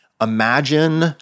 Imagine